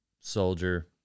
soldier